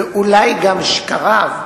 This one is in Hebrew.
ואולי גם שקריו,